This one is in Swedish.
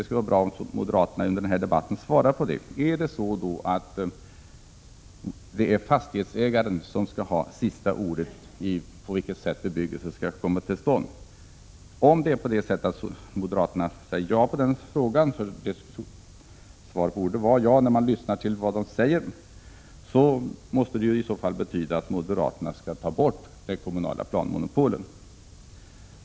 Jag finner inte svaret på det i moderaternas reservation. Skall fastighetsägaren ha sista ordet i fråga om på vilket sätt bebyggelsen skall ske? Om moderaterna svarar ja på den frågan måste det innebära att de vill ta bort det kommunala planmonopolet.